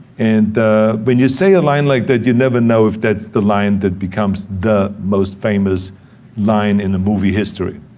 and when you say a line like that, you never know if that's the line that becomes the most famous line in the movie history.